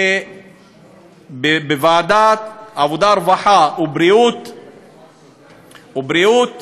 שבוועדת העבודה, הרווחה והבריאות